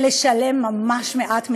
ולשלם ממש מעט מכיסם,